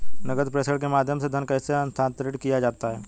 नकद प्रेषण के माध्यम से धन कैसे स्थानांतरित किया जाता है?